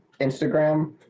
Instagram